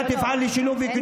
לא, אין